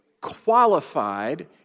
qualified